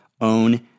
own